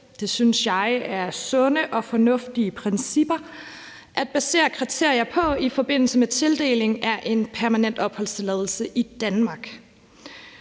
Det synes jeg er sunde og fornuftige principper at basere kriterier på i forbindelse med tildeling af en permanent opholdstilladelse i Danmark.